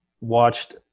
watched